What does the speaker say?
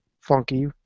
funky